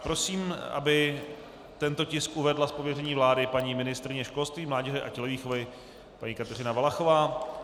Prosím, aby tento tisk uvedla z pověření vlády paní ministryně školství, mládeže a tělovýchovy paní Kateřina Valachová.